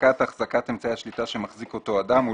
החזקת אמצעי השליטה שמחזיק אותו אדם,